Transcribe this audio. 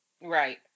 right